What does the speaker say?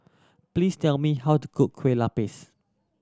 please tell me how to cook Kueh Lapis